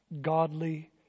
godly